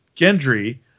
Gendry